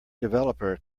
developer